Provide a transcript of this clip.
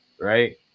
right